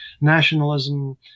nationalism